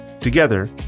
Together